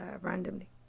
randomly